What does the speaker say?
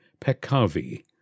Pekavi